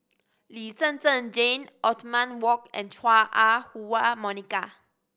Lee Zhen Zhen Jane Othman Wok and Chua Ah Huwa Monica